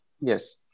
Yes